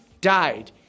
died